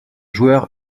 joueurs